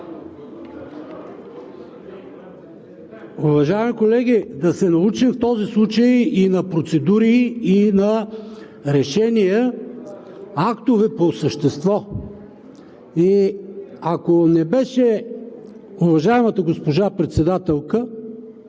Уважаеми колеги, да се научим в този случай и на процедури, и на решения, актове по същество. И ако не беше уважаемата госпожа председателка